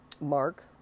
Mark